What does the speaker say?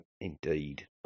indeed